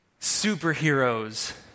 superheroes